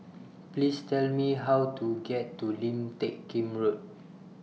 Please Tell Me How to get to Lim Teck Kim Road